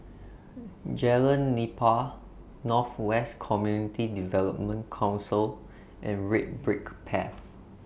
Jalan Nipah North West Community Development Council and Red Brick Path